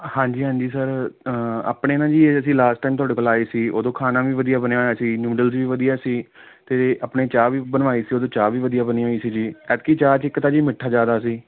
ਹਾਂਜੀ ਹਾਂਜੀ ਸਰ ਆਪਣੇ ਨਾ ਜੀ ਅਸੀਂ ਲਾਸਟ ਟਾਈਮ ਤੁਹਾਡੇ ਕੋਲ ਆਏ ਸੀ ਉਦੋਂ ਖਾਣਾ ਵੀ ਵਧੀਆ ਬਣਿਆ ਹੋਇਆ ਸੀ ਨੂਡਲਸ ਵੀ ਵਧੀਆ ਸੀ ਅਤੇ ਆਪਣੇ ਚਾਹ ਵੀ ਬਣਵਾਈ ਸੀ ਉਦੋਂ ਚਾਹ ਵੀ ਵਧੀਆ ਬਣੀ ਹੋਈ ਸੀ ਜੀ ਐਤਕੀ ਚਾਹ 'ਚ ਇੱਕ ਤਾਂ ਜੀ ਮਿੱਠਾ ਜ਼ਿਆਦਾ ਸੀ